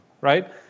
right